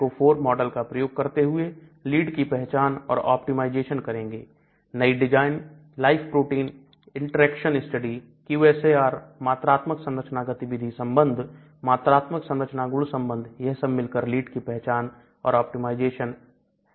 Pharmacophore model का प्रयोग करते हुए लीड की पहचान और ऑप्टिमाइजेशन करेंगे नई design life protein interaction study QSAR मात्रात्मक संरचना गतिविधि संबंध मात्रात्मक संरचना गुण संबंध यह सब मिलकर लीड की पहचान और ऑप्टिमाइजेशन है